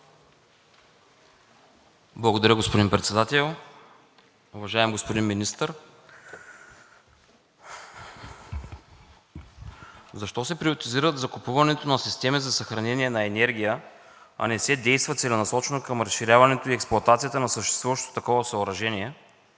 Благодаря, господин Председател. Уважаеми господин Министър, защо се приоритизира закупуването на системи за съхранение на енергия, а не се действа целенасочено към разширяването и експлоатацията на съществуващото такова съоръжение?